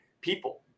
people